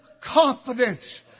confidence